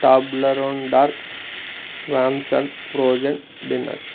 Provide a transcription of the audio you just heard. Toblerone dark sham son's frozen dinners